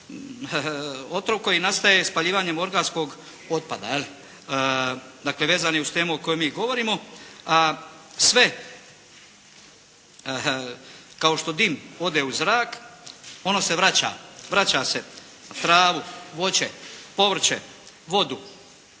otrov koji nastaje spaljivanjem organskog otpada. Dakle vezan je uz temu o kojoj mi govorimo, a sve kao što dim ode u zrak, on se vraća. Vraća se u travu, voće, povrće, vodu,